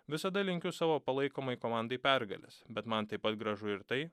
visada linkiu savo palaikomai komandai pergalės bet man taip pat gražu ir tai